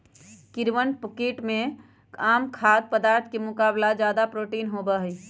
कीड़वन कीट में आम खाद्य पदार्थ के मुकाबला ज्यादा प्रोटीन होबा हई